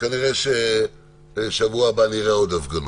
כנראה שבשבוע הבא נראה עוד הפגנות.